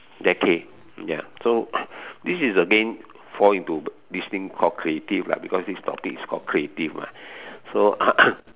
decade ya so this is again fall into this thing called creative lah because this topic is called creative so